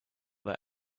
that